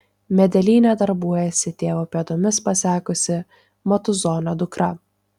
medelyne darbuojasi tėvo pėdomis pasekusi matuzonio dukra